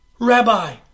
Rabbi